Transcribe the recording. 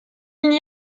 n’y